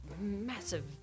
massive